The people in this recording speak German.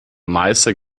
meister